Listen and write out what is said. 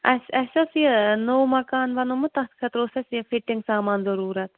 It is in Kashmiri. اَسہِ اَسہِ اوس یہِ نوٚو مَکان بنوومُت تَتھ خٲطرٕ اوس اَسہِ یہِ فِٹِنٛگ سامان ضٔروٗرَت